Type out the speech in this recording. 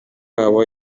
yabo